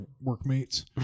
workmates